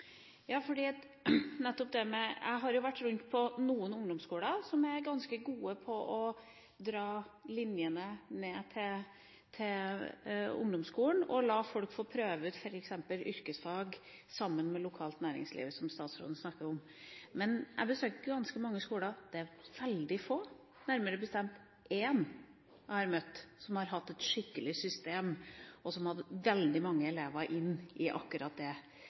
ganske gode på å dra linjene ned til ungdomsskolen og la folk få prøve ut f.eks. yrkesfag sammen med det lokale næringsliv, som statsråden snakket om. Men jeg besøker ganske mange skoler, og det er veldig få, nærmere bestemt én av dem som jeg har møtt, som har hatt et skikkelig system, og som hadde veldig mange elever inn i akkurat det